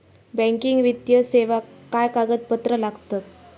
Banking वित्तीय सेवाक काय कागदपत्र लागतत?